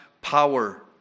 power